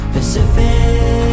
Pacific